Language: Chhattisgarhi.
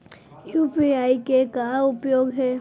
यू.पी.आई के का उपयोग हे?